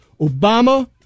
Obama